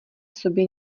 sobě